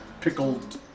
pickled